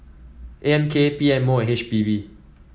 A M K P M O H P B